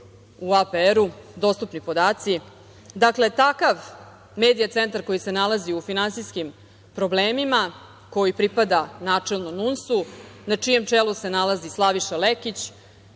u APR-u, dostupni podaci, dakle, takav „Medija centar“ koji se nalazi u finansijskim problemima, koji pripada načelno NUNS-u, na čijem čelu se nalazi Slaviša Lekić,